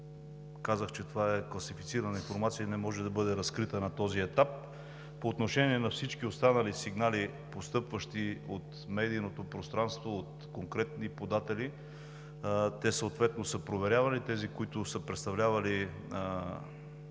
Казах, че това е класифицирана информация и не може да бъде разкрита на този етап. По отношение на всички останали сигнали, постъпващи от медийното пространство, от конкретни податели, те съответно са проверявани. Тези, които са представлявали